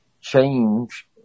change